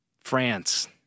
France